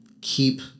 keep